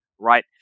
right